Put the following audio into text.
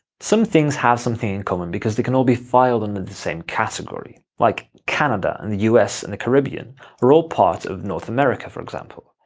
some things have something in common because they can all be filed under the same category. like canada, and the us and the carribean are all part of north america, for example.